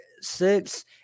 six